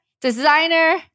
designer